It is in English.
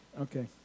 Okay